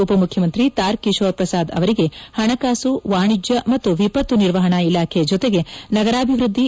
ಉಪ ಮುಖ್ಯಮಂತ್ರಿ ತಾರ್ ಕಿಶೋರ್ ಪ್ರಸಾದ್ ಅವರಿಗೆ ಹಣಕಾಸು ವಾಣಿಜ್ಯ ಮತ್ತು ವಿಪತ್ತು ನಿರ್ವಹಣ ಇಲಾಖೆ ಜೊತೆಗೆ ನಗರಾಭಿವೃದ್ಧಿ